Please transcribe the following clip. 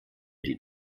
die